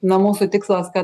na mūsų tikslas kad